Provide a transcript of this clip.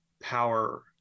power